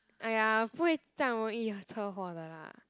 !aiya! 不会这样容易车祸的啦